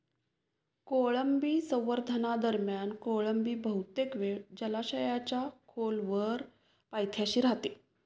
कोळंबी संवर्धनादरम्यान कोळंबी बहुतेक वेळ जलाशयाच्या खोलवर पायथ्याशी राहते